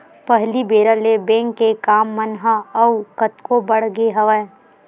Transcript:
पहिली बेरा ले बेंक के काम मन ह अउ कतको बड़ गे हवय